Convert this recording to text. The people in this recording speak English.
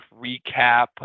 recap